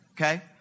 okay